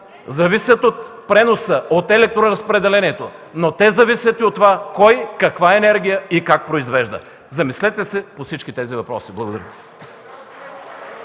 зависят от преноса, от електроразпределението, но те зависят и от това кой, каква енергия и как произвежда. Замислете се по всички тези въпроси. Благодаря.